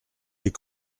des